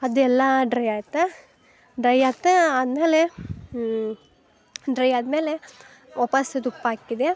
ಅದೆಲ್ಲಾ ಡ್ರೈ ಆಯಿತು ಡ್ರೈ ಆತು ಆದ್ಮೇಲೆ ಡ್ರೈ ಆದ್ಮೇಲೆ ವಾಪಾಸ್ ತುಪ್ಪ ಹಾಕಿದೆ